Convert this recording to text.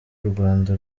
urwanda